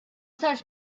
sarx